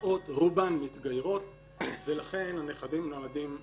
באות רובן ומתגיירות ולכן, הנכדים נולדים יהודים.